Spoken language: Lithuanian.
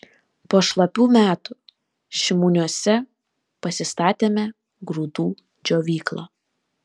po šlapių metų šimoniuose pasistatėme grūdų džiovyklą